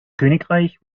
königreich